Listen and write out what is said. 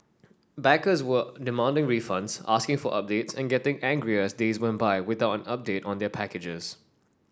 backers were demanding refunds asking for updates and getting angrier as days went by without an update on their packages